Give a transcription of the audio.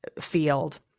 field